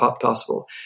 possible